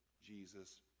Jesus